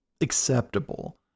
acceptable